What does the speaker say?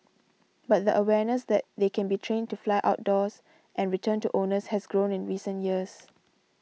but the awareness that they can be trained to fly outdoors and return to owners has grown in recent years